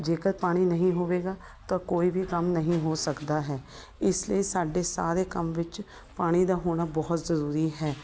ਜੇਕਰ ਪਾਣੀ ਨਹੀਂ ਹੋਵੇਗਾ ਤਾਂ ਕੋਈ ਵੀ ਕੰਮ ਨਹੀਂ ਹੋ ਸਕਦਾ ਹੈ ਇਸ ਲਈ ਸਾਡੇ ਸਾਰੇ ਕੰਮ ਵਿੱਚ ਪਾਣੀ ਦਾ ਹੋਣਾ ਬਹੁਤ ਜ਼ਰੂਰੀ ਹੈ